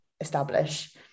establish